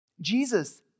Jesus